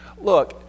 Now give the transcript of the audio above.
look